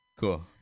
Cool